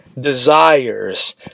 desires